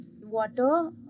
Water